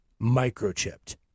microchipped